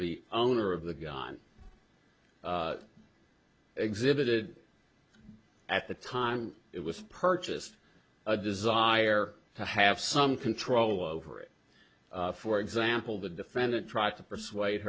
the owner of the gun exhibited at the time it was purchased a desire to have some control over it for example the defendant tried to persuade